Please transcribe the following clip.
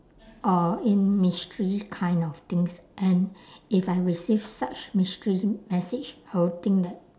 uh in mystery kind of things and if I receive such mystery message I will think that